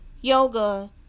yoga